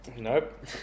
Nope